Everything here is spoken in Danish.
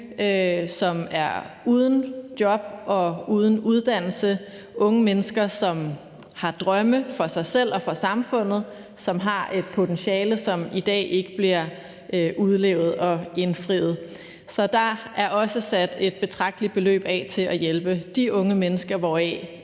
som er uden job og uden uddannelse. Det er unge mennesker, som har drømme for sig selv og for samfundet, og som har et potentiale, som i dag ikke bliver udlevet og indfriet. Så der er også sat et betragteligt beløb af til at hjælpe de unge mennesker, hvoraf